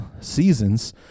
seasons